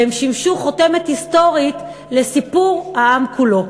והם שימשו חותמת היסטורית לסיפור העם כולו.